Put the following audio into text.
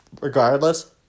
regardless